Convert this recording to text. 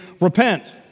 Repent